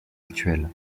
actuelle